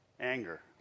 Anger